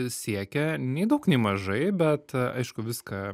siekia nei daug nei mažai bet aišku viską